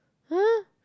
!huh!